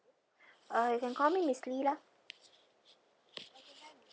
uh you can call me miss lee lah